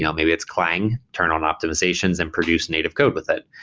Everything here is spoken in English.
yeah um maybe it's clang. turn on optimizations and produce native code with it.